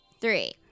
three